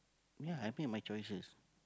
ya I made my choices